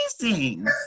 amazing